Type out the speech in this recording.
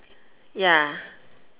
ya